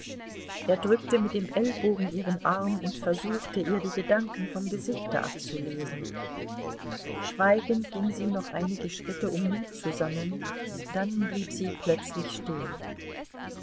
er drückte mit dem ellbogen ihren arm und versuchte ihr die gedanken vom gesichte abzulesen schweigend ging sie noch einige schritte um mut zu sammeln dann blieb sie plötzlich stehen